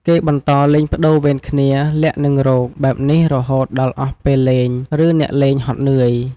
គេបន្តលេងប្ដូរវេនគ្នា លាក់ និងរក បែបនេះរហូតដល់អស់ពេលលេង ឬអ្នកលេងហត់នឿយ។